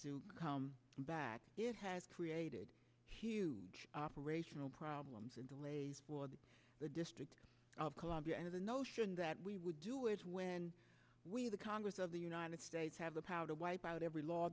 to come back it has created huge operational problems and delays the district of columbia and the notion that we would do it when the congress of the united states have the power to wipe out every law